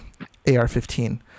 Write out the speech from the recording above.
AR-15